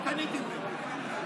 לא קניתי ממנו.